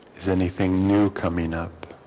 is anything new coming up